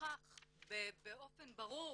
והוכח באופן ברור